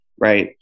right